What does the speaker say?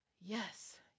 yes